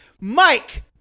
Mike